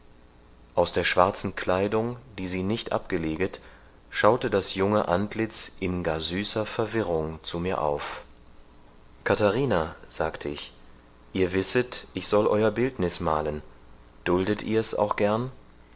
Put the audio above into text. aus der schwarzen kleidung die sie nicht abgeleget schaute das junge antlitz in gar süßer verwirrung zu mir auf katharina sagte ich ihr wisset ich soll euer bildniß malen duldet ihr's auch gern